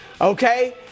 okay